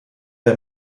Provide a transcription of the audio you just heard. der